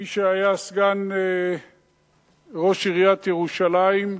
מי שהיה סגן ראש עיריית ירושלים,